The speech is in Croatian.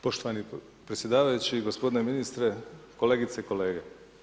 Poštovani predsjedavajući, gospodine ministre, kolegice i kolege.